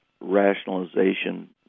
rationalization